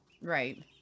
Right